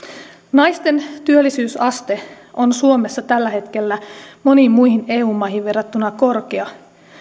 naisten työllisyysaste on suomessa tällä hetkellä moniin muihin eu maihin verrattuna korkea